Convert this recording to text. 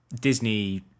Disney